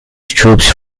troops